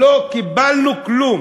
לא קיבלנו כלום